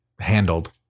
handled